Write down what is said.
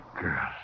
girl